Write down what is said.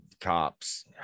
Cops